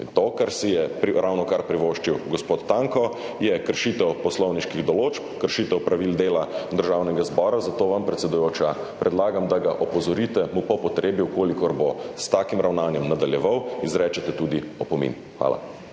to, kar si je ravnokar privoščil gospod Tanko, je kršitev poslovniških določb, kršitev pravil dela Državnega zbora, zato vam, predsedujoča, predlagam, da ga opozorite, mu po potrebi, če bo s takim ravnanjem nadaljeval, izrečete tudi opomin. Hvala.